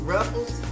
Ruffles